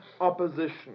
opposition